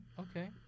Okay